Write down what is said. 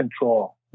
control